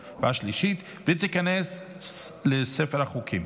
והשלישית, ותיכנס לספר החוקים.